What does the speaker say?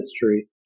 history